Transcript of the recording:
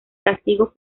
castigos